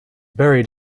buried